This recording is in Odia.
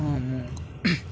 ହଁ